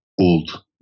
old